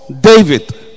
David